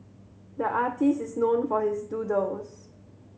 the artist is known for his doodles